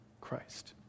Christ